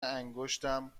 انگشتم